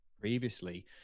previously